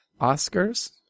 Oscars